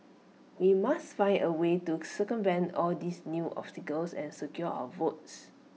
we must find A way to circumvent all these new obstacles and secure our votes